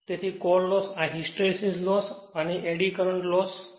તેથી core loss આ hysteresis loss અને એડી કરંટ લોસ છે